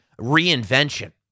reinvention